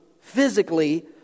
physically